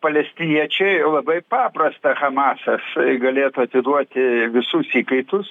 palestiniečiai labai paprasta hamasas galėtų atiduoti visus įkaitus